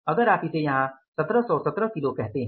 अगर आप इसे यहां 1717 किलो कहते हैं